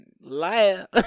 Liar